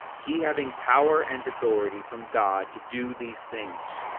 he having power and authority from god to do these things,